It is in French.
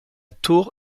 tour